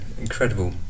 incredible